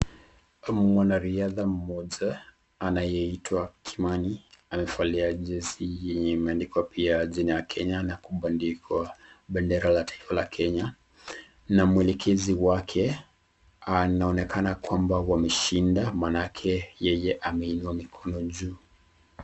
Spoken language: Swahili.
Mwanariadha mmoja anayeitwa Kimani amevalia jezi yenye imeandikwa pia jina ya Kenya na kubandikwa bendera la taifa la kenya na mwelekezi wake anaonekana kwamba wameshinda maanake yeye ameinua mikono juu.